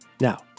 Now